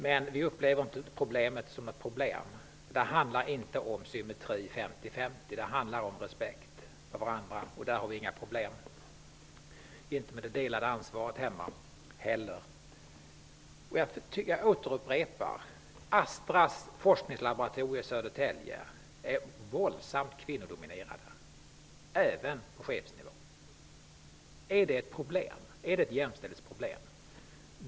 Men vi upplever inte problemet som ett problem. Det hela handlar inte om symmetri 50--50. Det handlar om respekt för varandra. Där har vi inga problem. Vi har inte heller problem med det delade ansvaret hemma. Jag upprepar: Astras forskningslaboratorier i Södertälje är våldsamt kvinnodominerade, även på chefsnivå. Är det ett jämställdhetsproblem?